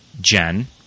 Jen